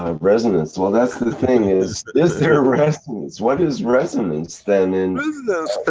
um resonance, well that's the thing is, this there resonance, what is resonance? then in. resonance